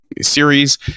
series